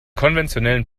konventionellen